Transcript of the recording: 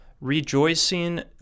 rejoicing